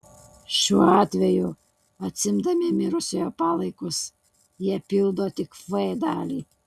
šiuo atveju atsiimdami mirusiojo palaikus jie pildo tik f dalį